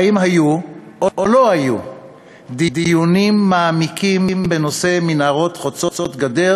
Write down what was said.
האם היו או לא היו דיונים מעמיקים בנושא מנהרות חוצות-גדר